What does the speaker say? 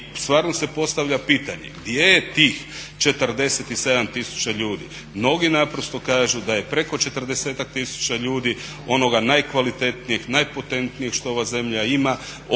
i stvarno se postavlja pitanje gdje je tih 47 000 ljudi. Mnogi naprosto kažu da je preko 40-ak tisuća ljudi onoga najkvalitetnijeg, najpotentnijeg što ova zemlja ima